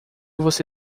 você